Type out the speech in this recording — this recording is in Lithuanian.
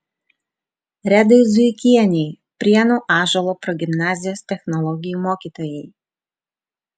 redai zuikienei prienų ąžuolo progimnazijos technologijų mokytojai